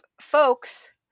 folks